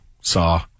saw